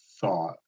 thought